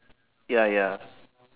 ya ya